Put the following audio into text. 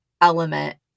element